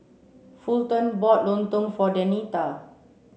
Fulton bought Lontong for Denita